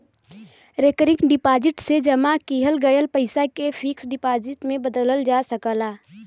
recurring deposit से जमा किहल गयल पइसा के फिक्स डिपाजिट में बदलल जा सकला